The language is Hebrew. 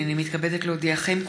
הינני מתכבדת להודיעכם,